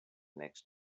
next